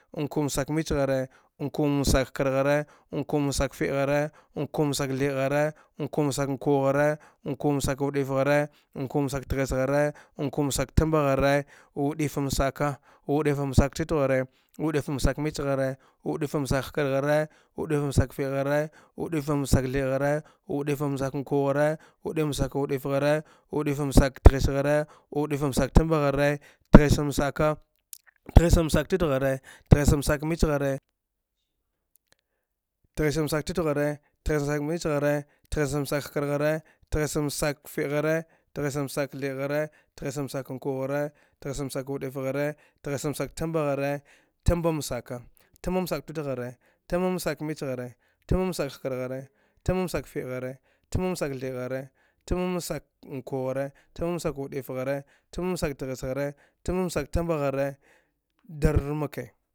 Mku saka mice ghare, mkusak hkar ghare, mkusaka fe'e ghare, mku saka thɗ ghare, mku saka mku ghare, mkusak dwu'if ghare, mkusaka teghes ghare, mkusak tmba ghare, wu'ifen saka, wu'ifen sak titghare, wu'ifen sak mice ghare, wu'ifem sak hkar ghare, wu'ife misak fe'e ghare, w'ifen msak thed ghare, wu'ife msak mku ghare, wu'ife msak wu'if ghare, wu'ife msak tghes ghure, wu'ife msak tmba ghare, tghesmsaka, tghesen m sak tikwe-ghare, tghese msaka mice ghare, tghesen msaka hkar ghare, tghesen msaka ghare, tghesen msaka th'ed ghare, tghese msaka uku ghare, tghesen msak wu'if ghare, tghese msak tighes- ghare, tighes msak tmba ghare, tmban msaka, mban msak titghare, tmba msak mice ghare timba msak hkar ghare, tmban msak fe'e ghare, tmba msak thed ghare, tmba msak wuku ghare, tmba msak wu'if ghare, tmba msak tghes ghare, tmba msaka tmba ghare, darmlake